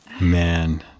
Man